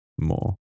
more